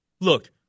Look